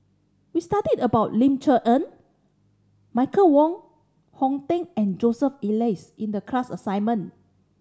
we studied about Ling Cher Eng Michael Wong Hong Teng and Joseph Elias in the class assignment